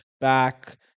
back